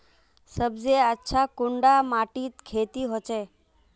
सबसे अच्छा कुंडा माटित खेती होचे?